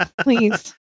Please